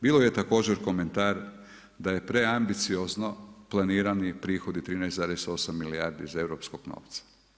Bilo je također komentar da je preambiciozno planirani prihodi 13,8 milijardi iz europskog novca.